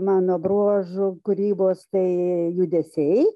mano bruožų kūrybos tai judesiai